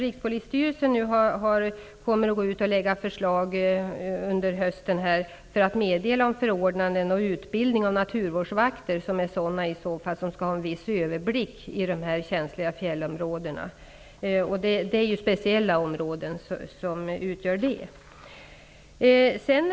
Rikspolisstyrelsen kommer under hösten att lägga fram förslag till förordnanden och utbildning av naturvårdsvakter, som skall ha en viss överblick över känsliga fjällområden. Det är speciella trakter som då är aktuella.